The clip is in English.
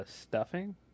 stuffing